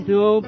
no